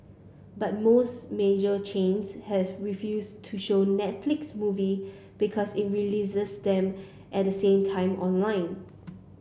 but most major chains has refused to show Netflix movie because it releases them at the same time online